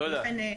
תודה.